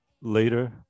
later